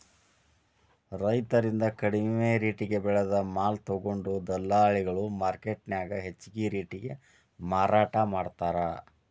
ರೈತರಿಂದ ಕಡಿಮಿ ರೆಟೇಗೆ ಬೆಳೆದ ಮಾಲ ತೊಗೊಂಡು ದಲ್ಲಾಳಿಗಳು ಮಾರ್ಕೆಟ್ನ್ಯಾಗ ಹೆಚ್ಚಿಗಿ ರೇಟಿಗೆ ಮಾರಾಟ ಮಾಡ್ತಾರ